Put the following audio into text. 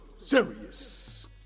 serious